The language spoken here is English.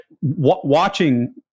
watching